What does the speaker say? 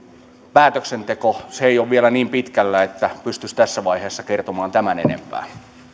päätöksenteko se ei ole vielä niin pitkällä että pystyisi tässä vaiheessa kertomaan tämän enempää